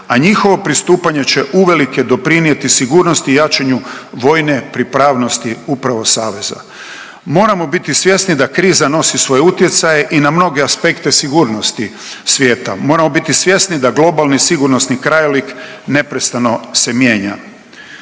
a njihovo pristupanje će uvelike doprinijeti sigurnosti i jačanju vojne pripravnosti upravo saveza. Moramo biti svjesni da kriza nosi svoje utjecaje i na mnoge aspekte sigurnosti svijeta. Moramo biti svjesni da globalni i sigurnosni krajolik neprestano se mijenja.